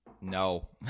no